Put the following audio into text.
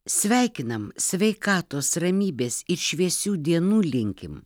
sveikinam sveikatos ramybės ir šviesių dienų linkim